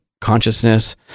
consciousness